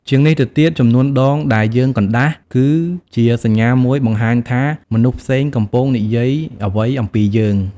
ជាងនេះទៅទៀត ចំនួនដងដែលយើងកណ្តាស់ គឺជាសញ្ញាមួយបង្ហាញថាមនុស្សផ្សេងកំពុងនិយាយអ្វីអំពីយើង។